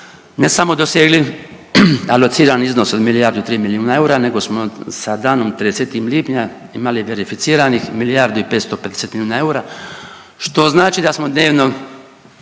ne samo dosegli alociran iznos od milijardu i tri milijuna eura nego smo sa danom 30. lipnja imali verificiranih milijardu i 550 milijuna eura što znači da smo dnevno